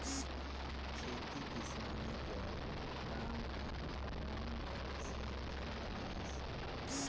खेती किसानी कर काम हर भगवान भरोसे चलत रहिस